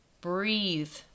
Breathe